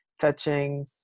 touching